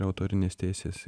autorinės teisės